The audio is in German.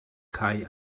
kai